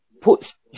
puts